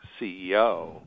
CEO